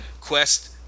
Quest